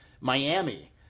Miami